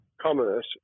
commerce